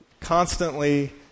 constantly